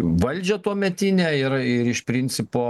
valdžią tuometinę ir ir iš principo